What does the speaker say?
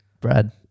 Brad